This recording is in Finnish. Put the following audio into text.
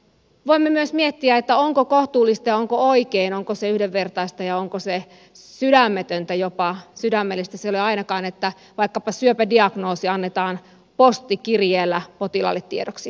voimme myös miettiä onko kohtuullista ja onko oikein onko se yhdenvertaista ja onko se jopa sydämetöntä sydämellistä se ei ole ainakaan että vaikkapa syöpädiagnoosi annetaan postikirjeellä potilaalle tiedoksi